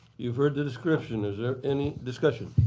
you've heard the description. is there any discussion?